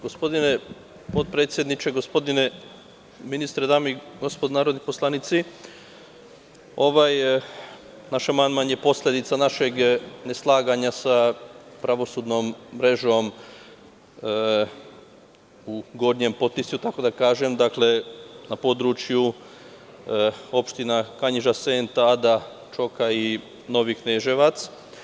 Gospodine potpredsedniče, gospodine ministre, dame i gospodo narodni poslanici, naš amandman je posledica našeg neslaganja sa pravosudnom mrežom u Gornjem Potisju, tako da kažem, na području opština Kanjiža, Senta, Ada, Čoka i Novi Kneževac.